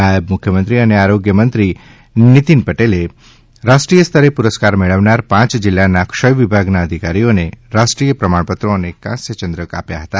નાયબ મુખ્યમંત્રી અને આરોગ્ય મંત્રી નીતીન પટેલે રાષ્ટ્રીય સ્તરે પુરસ્કાર મેળવનાર પાંચ જિલ્લાના ક્ષય વિભાગના અધિકારીઓને રાષ્ટ્રીય પ્રમાણપત્રો અને કાંસ્ય ચંદ્રક આપ્યા હતા